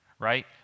right